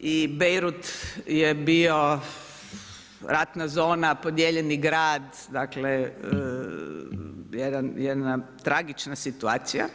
i Beirut je bio ratna zona, podijeljeni grad, dakle jedna tragična situacija.